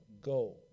go